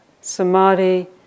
samadhi